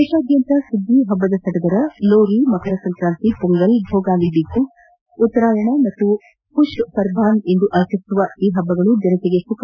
ದೇಶಾದ್ಯಂತ ಸುಗ್ಗಿ ಹಬ್ಬದ ಸಡಗರ ಲೋರಿ ಮಕರ ಸಂಕ್ರಾಂತಿ ಪೊಂಗಲ್ ಭೋಗಾಲಿ ಬಿಗು ಉತ್ತರಾಯಣ ಮತ್ತು ಪುಷ್ ಪರ್ಭಾನ್ ಎಂದು ಆಚರಿಸಲಾಗುವ ಈ ಹಬ್ಬಗಳು ಜನತೆಗೆ ಸುಖ